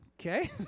Okay